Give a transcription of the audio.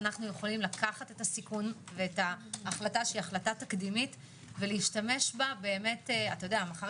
אנחנו יכולים לקחת את הסיכון ואת ההחלטה התקדימית ולהשתמש בה מחר